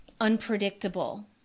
unpredictable